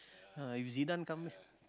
ah if Zidane come